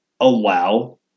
allow